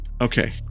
okay